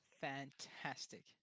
fantastic